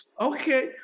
Okay